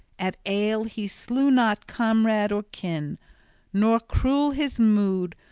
at ale he slew not comrade or kin nor cruel his mood,